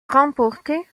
remportée